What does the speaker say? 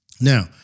Now